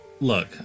Look